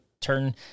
turn